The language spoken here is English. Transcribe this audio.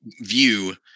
view